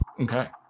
Okay